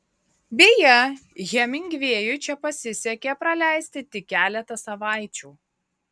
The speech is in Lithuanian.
beje hemingvėjui čia pasisekė praleisti tik keletą savaičių